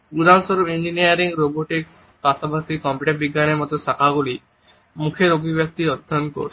উদাহরণস্বরূপ engineering robotics পাশাপাশি computer বিজ্ঞানের মতো শাখাগুলি মুখের অভিব্যক্তি অধ্যয়ন করছে